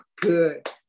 good